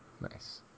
Nice